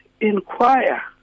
Inquire